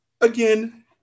again